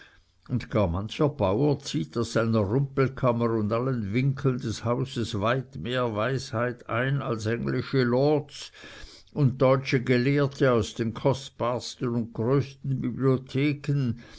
und gar mancher bauer zieht aus seiner rumpelkammer und allen winkeln seines hauses weit mehr weisheit ein als englische lords und deutsche gelehrte aus den kostbarsten und größten